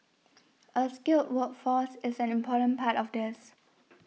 a skilled workforce is an important part of this